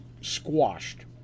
squashed